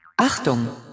Achtung